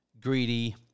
Greedy